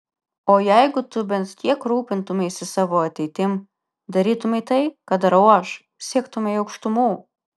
o jeigu tu bent kiek rūpintumeisi savo ateitim darytumei tai ką darau aš siektumei aukštumų